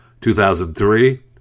2003